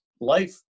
life